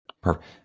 Perfect